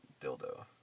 dildo